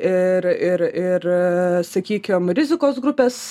ir ir ir a sakykim rizikos grupės